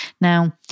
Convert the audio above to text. Now